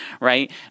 right